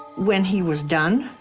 when he was done,